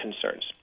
concerns